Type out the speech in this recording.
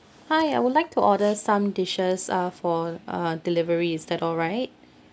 hi I would like to order some dishes uh for uh delivery is that alright